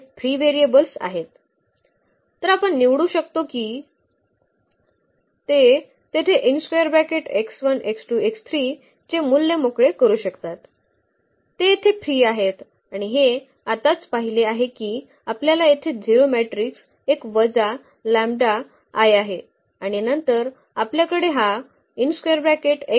तर आपण निवडू शकतो ते येथे चे मूल्य मोकळे करू शकतात ते येथे फ्री आहेत आणि हे आत्ताच पाहिले आहे की आपल्याकडे येथे 0 मॅट्रिक्स एक वजा लंबडा I आहे आणि नंतर आपल्याकडे हा मुक्तपणे निवडण्याची शक्यता आहे